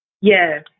Yes